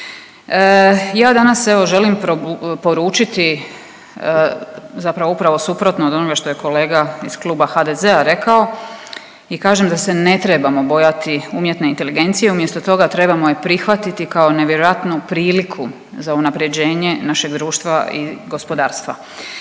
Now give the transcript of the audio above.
Ja danas evo želim poručiti, zapravo upravo suprotno od onoga što je kolega iz kluba HDZ-a rekao i kažem da se ne trebamo bojati umjetne inteligencije. Umjesto toga trebamo je prihvatiti kao nevjerojatnu priliku za unapređenje našeg društva i gospodarstva.